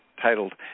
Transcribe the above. titled